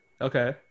Okay